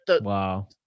wow